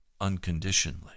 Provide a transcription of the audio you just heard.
unconditionally